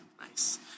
Nice